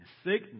sickness